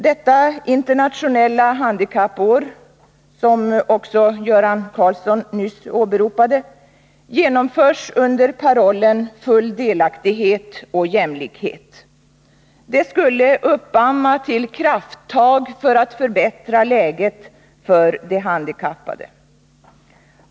Detta internationella handikappår — som också Göran Karlsson hänvisade till — genomförs under parollen Full delaktighet och jämlikhet. Det skulle uppamma till krafttag för att förbättra läget för de handikappade.